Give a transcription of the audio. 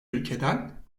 ülkeden